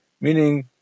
meaning